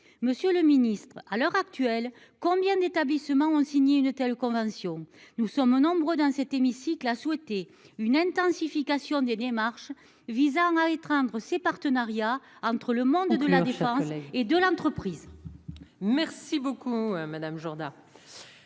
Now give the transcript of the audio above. Monsieur le Ministre, à l'heure actuelle, combien d'établissements ont signé une telle convention, nous sommes nombreux dans cet hémicycle, a souhaité une intensification des démarches visant à étreindre ses partenariats entre le monde de la défense et de l'entreprise. Merci beaucoup madame Jourda.